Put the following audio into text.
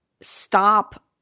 stop